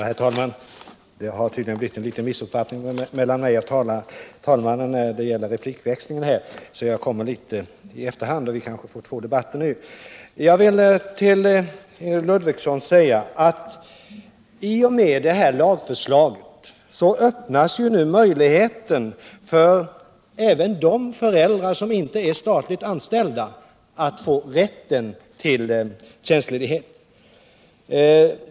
Herr talman! Det har tydligen uppstått en liten missuppfattning mellan mig och talmannen när det gäller replikväxlingen, och jag kommer därför litet i efterhand. Det gör kanske att vi nu får två debatter. Till Ingrid Ludvigsson vill jag säga att i och med detta tagförslag öppnas nu en möjlighet även för de föräldrar som inte är statligt anställda att få rätt till vänstledighet.